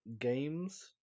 games